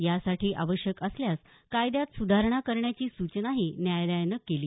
यासाठी आवश्यक असल्यास कायद्यात सुधारणा करण्याची सूचनाही न्यायालयानं केली